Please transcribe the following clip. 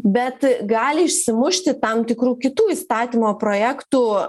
bet gali išsimušti tam tikrų kitų įstatymo projektų